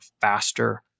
faster